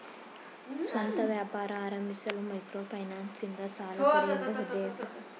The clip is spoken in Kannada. ಸ್ವಂತ ವ್ಯಾಪಾರ ಆರಂಭಿಸಲು ಮೈಕ್ರೋ ಫೈನಾನ್ಸ್ ಇಂದ ಸಾಲ ಪಡೆಯಬಹುದೇ?